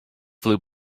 flew